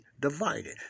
divided